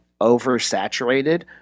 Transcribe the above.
oversaturated